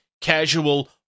casual